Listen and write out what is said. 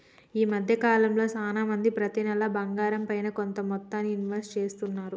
ఈ మద్దె కాలంలో చానా మంది ప్రతి నెలా బంగారంపైన కొంత మొత్తాన్ని ఇన్వెస్ట్ చేస్తున్నారు